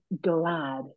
glad